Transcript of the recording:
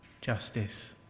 justice